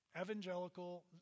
evangelical